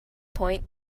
point